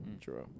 True